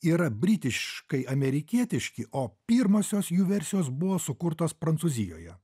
yra britiškai amerikietiški o pirmosios jų versijos buvo sukurtos prancūzijoje